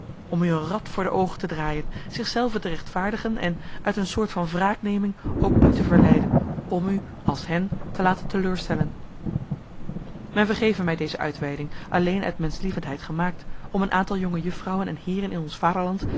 om u een rad voor de oogen te draaien zichzelven te rechtvaardigen en uit een soort van wraakneming ook u te verleiden om u als hen te laten teleurstellen men vergeve mij deze uitweiding alleen uit menschlievendheid gemaakt om een aantal jonge juffrouwen en heeren in ons vaderland